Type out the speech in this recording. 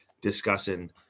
discussing